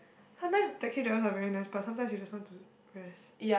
sometime taxi drivers are very nice but sometimes you just want to rest